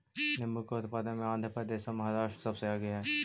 नींबू के उत्पादन में आंध्र प्रदेश और महाराष्ट्र सबसे आगे हई